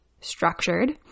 structured